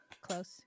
Close